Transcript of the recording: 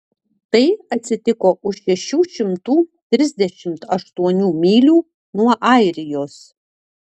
tai atsitiko už šešių šimtų trisdešimt aštuonių mylių nuo airijos